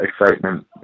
excitement